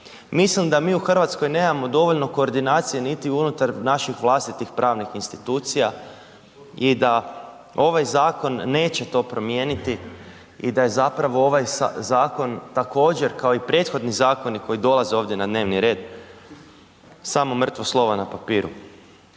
Mislim da mi u Hrvatskoj nemamo dovoljno koordinacije niti unutar naših vlastitih pravnih institucija i da ovaj zakon neće to promijeniti i da je zapravo ovaj zakon također kao i prethodni zakoni koji dolaze ovdje na dnevni red samo mrtvo slovo na papiru.